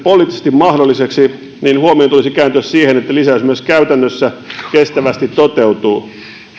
poliittisesti mahdolliseksi huomion tulisi kääntyä siihen että lisäys myös käytännössä kestävästi toteutuu